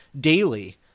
daily